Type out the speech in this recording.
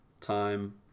time